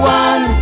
one